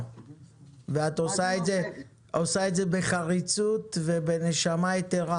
ואת עושה את זה בחריצות ובנשמה יתרה.